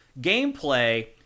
gameplay